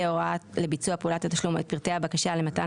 ההוראה לביצוע פעולת תשלום או את פרטי הבקשה למתן